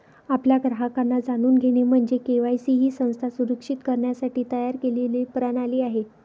आपल्या ग्राहकांना जाणून घेणे म्हणजे के.वाय.सी ही संस्था सुरक्षित करण्यासाठी तयार केलेली प्रणाली आहे